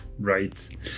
right